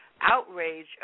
outrage